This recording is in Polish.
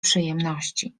przyjemności